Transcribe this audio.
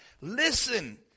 Listen